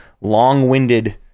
long-winded